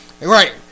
Right